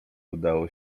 udało